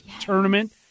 Tournament